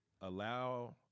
allow